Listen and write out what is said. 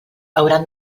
hauran